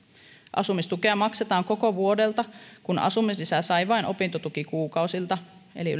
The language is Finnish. asumistukea maksetaan koko vuodelta kun asumislisää sai vain opintotukikuukausilta eli